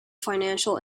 financial